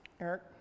Eric